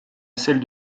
celle